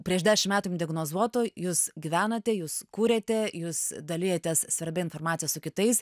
prieš dešimt metų jum diagnozuoto jūs gyvenate jūs kuriate jūs dalijatės svarbia informacija su kitais